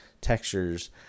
textures